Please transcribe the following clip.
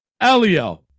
Elio